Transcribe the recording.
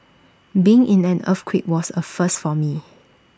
being in an earthquake was A first for me